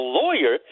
lawyer